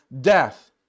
death